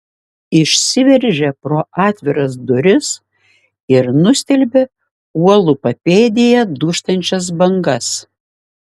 išsiveržė pro atviras duris ir nustelbė uolų papėdėje dūžtančias bangas